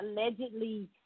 allegedly